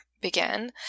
began